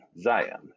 Zion